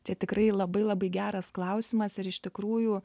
čia tikrai labai labai geras klausimas ir iš tikrųjų